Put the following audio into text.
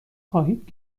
خواهید